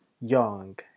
Young